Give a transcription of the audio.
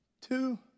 two